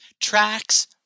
Tracks